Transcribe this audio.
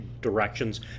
directions